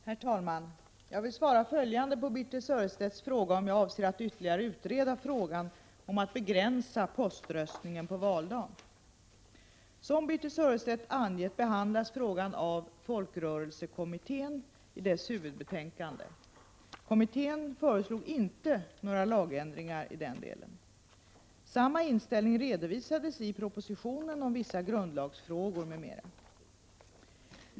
Herr talman! Jag vill svara följande på Birthe Sörestedts fråga om jag avser att ytterligare utreda frågan om att begränsa poströstningen på valdagen. Som Birthe Sörestedt angett behandlades frågan av folkstyrelsekommittén i dess huvudbetänkande. Kommittén föreslog inte några lagändringar i den delen. Samma inställning redovisades i propositionen 83 om vissa grundlagsfrågor m.m.